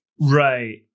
right